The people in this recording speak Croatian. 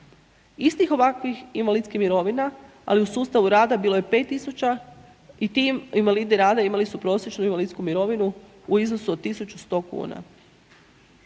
Istih ovakvih invalidskih mirovina ali u sustavu rada, bilo je 5000 i ti invalidi rada imali su prosječnu invalidsku mirovinu u iznosu od 1100 kuna.